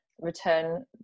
return